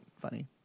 funny